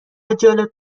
جالب